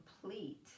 complete